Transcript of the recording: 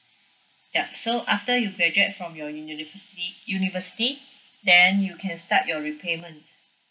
yup so after you graduate from your university university then you can start your repayment